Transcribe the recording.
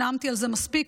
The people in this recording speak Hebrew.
ונאמתי על זה מספיק,